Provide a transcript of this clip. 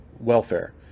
welfare